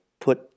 put